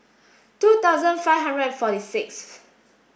two thousand five hundred and forty sixth